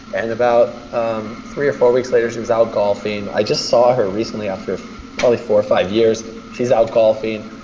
and about um three or four weeks later, she was out golfing. i just saw her recently, after probably four or five years. she's out golfing,